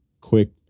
Quick